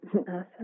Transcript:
awesome